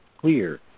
clear